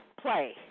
play